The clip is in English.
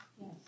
yes